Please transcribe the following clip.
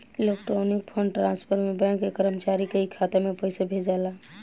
electronic fund transfer में bank के कर्मचारी के ही खाता में पइसा भेजाला